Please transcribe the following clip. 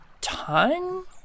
time